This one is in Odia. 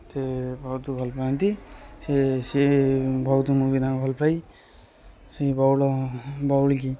ସେ ବହୁତ ଭଲପାଆନ୍ତି ସିଏ ସିଏ ବହୁତ ମୁଁ ବି ତାଙ୍କୁ ଭଲପାଏ ସେ ବଉଳ ବଉଳି କି